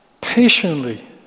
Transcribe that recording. patiently